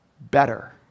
better